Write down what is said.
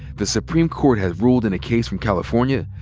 the supreme court has ruled in a case from california,